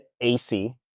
AC